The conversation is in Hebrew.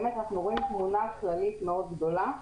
אנחנו באמת רואים תמונה כללית מאוד גדולה.